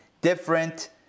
different